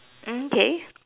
mm K